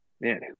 Man